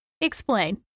Explain